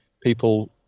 people